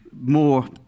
more